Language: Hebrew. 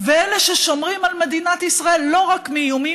כאלה ששומרים על מדינת ישראל לא רק מאיומים